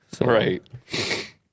Right